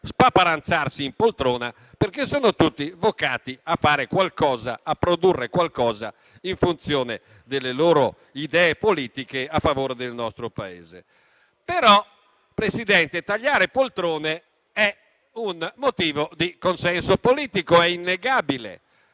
spaparanzarsi in poltrona, perché sono tutti vocati a fare e a produrre qualcosa in funzione delle proprie idee politiche e a favore del nostro Paese. Presidente, tagliare poltrone è però un motivo di consenso politico. È innegabile.